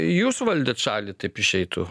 jūs valdėt šalį taip išeitų